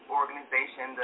organization